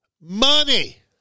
Money